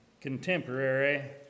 contemporary